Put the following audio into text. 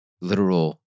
literal